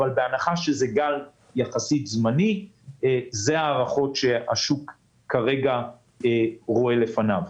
אבל בהנחה שזה גל זמני יחסית אלה ההערכות שהשוק כרגע רואה לפניו.